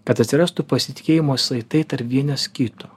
kad atsirastų pasitikėjimo saitai tarp vienas kito